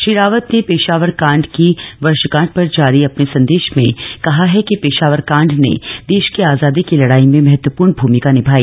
श्री रावत ने पेशावर कांड की वर्षगांठ पर जारी अपने संदेश में कहा है कि पेशावर कांड ने देश की आजादी की लड़ाई में महत्वपूर्ण भूमिका निभाई